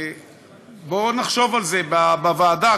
בוא נחשוב על זה בוועדה,